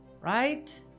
right